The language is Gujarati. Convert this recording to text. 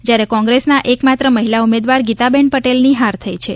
જયારે કોંગ્રેસના એકમાત્ર મહિલા ઉમેદવાર ગીતાબેન પટેલની હાર થઇ છે